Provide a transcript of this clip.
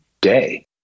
day